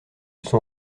son